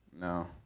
No